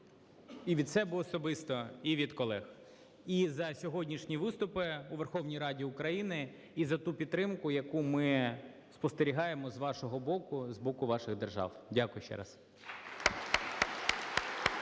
і від себе особисто, і від колег. І за сьогоднішні виступи у Верховній Раді України, і за ту підтримку, яку ми спостерігаємо з вашого боку, з боку ваших держав. Дякую ще раз.